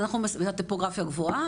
הטופוגרפיה גבוהה,